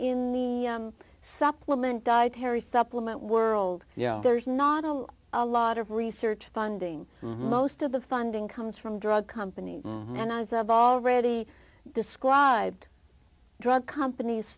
in the supplement dietary supplement world yeah there's not a lot of research funding most of the funding comes from drug companies and as of all ready described drug companies